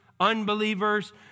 unbelievers